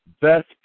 best